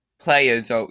players